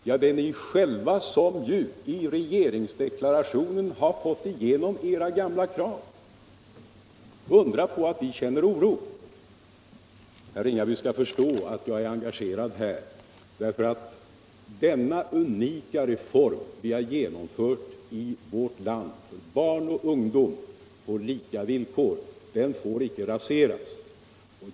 Ja, det är moderaterna som har åstadkommit den oro vi känner genom att man har fått igenom sina gamla krav i regeringsdeklarationen. Herr Ringaby måste förstå att Jag är engagerad i den här frågan, därför att dénna unika reform på tandvårdens område som vi har byggt upp i vårt land för barn och ungdom på lika villkor inte får raseras.